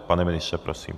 Pane ministře, prosím.